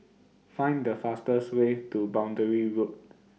Find The fastest Way to Boundary Road